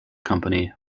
company